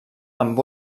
amb